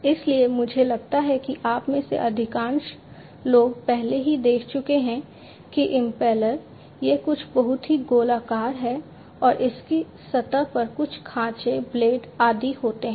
इसलिए मुझे लगता है कि आप में से अधिकांश लोग पहले ही देख चुके हैं कि इम्पेलर यह कुछ बहुत ही गोलाकार है और इसकी सतह पर कुछ खांचे ब्लेड आदि होते हैं